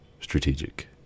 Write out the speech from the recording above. strategic